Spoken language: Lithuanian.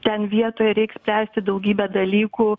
ten vietoj reik spręsti daugybę dalykų